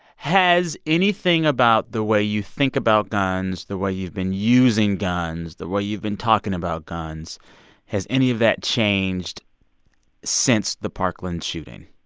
has anything about the way you think about guns, the way you've been using guns, the way you've been talking about guns has any of that changed since the parkland shooting?